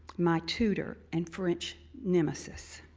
my tutor and french nemesis.